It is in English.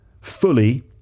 fully